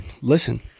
Listen